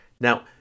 Now